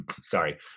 Sorry